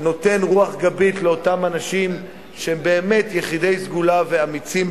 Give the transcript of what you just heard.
נותן רוח גבית לאותם אנשים שהם באמת יחידי סגולה ואמיצים,